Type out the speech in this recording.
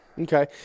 Okay